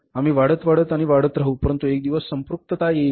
आम्ही वाढत वाढत आणि वाढत राहू परंतु एक दिवस संपृक्तता येईल